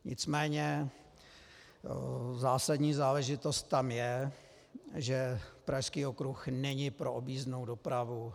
Nicméně zásadní záležitost tam je, že Pražský okruh není pro objízdnou dopravu.